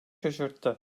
şaşırttı